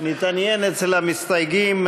אצל המסתייגים,